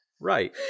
Right